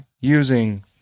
using